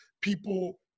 people